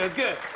ah good.